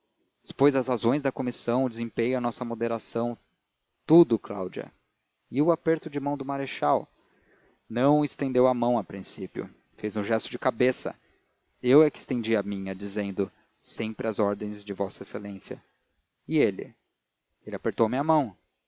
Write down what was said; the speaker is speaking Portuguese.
expôs as razões da comissão o desempenho a nossa moderação tudo cláudia e o aperto de mão do marechal não estendeu a mão a princípio fez um gesto de cabeça eu é que estendi a minha dizendo sempre às ordens de v exa e ele ele apertou-me a mão